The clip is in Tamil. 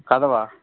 கதவா